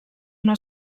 una